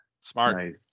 Smart